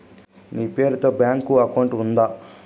మీ పేరు తో bank account ఉందా?